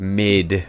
mid